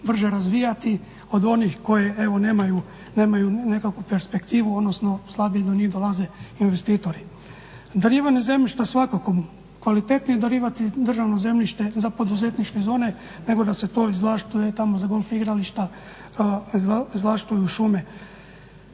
brže razvijati od onih koje evo nemaju nekakvu perspektivu, odnosno slabije do njih dolaze investitori. Darivanje zemljišta svakako je kvalitetnije darivati državno zemljište za poduzetničke zone nego da se to izvlašćuje tamo za golf igrališta, izvlašćuju šume.